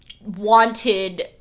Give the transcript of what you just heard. wanted